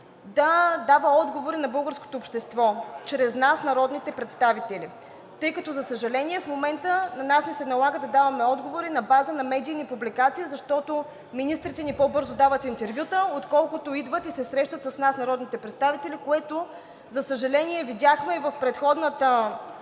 да дава отговори на българското общество чрез нас – народните представители. За съжаление, в момента ни се налага да даваме отговори на база на медийни публикации, защото министрите ни по-бързо дават интервюта, отколкото идват и се срещат с нас – народните представители, което, за съжаление, видяхме и по предходната